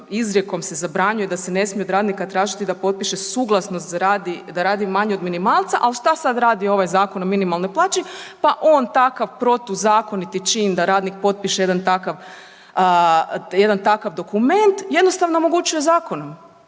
izrijekom se zabranjuje da se ne smije od radnika tražiti da potpiše suglasnost da radi manje od minimalca, al šta sad radi ovaj Zakon o minimalnoj plaći? Pa on takav protuzakoniti čin da radnik potpiše jedan takav, jedan takav dokument jednostavno omogućuje zakonom